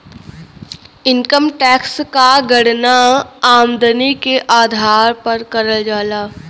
income tax क गणना आमदनी के आधार पर करल जाला